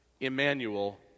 Emmanuel